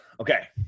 okay